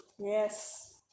yes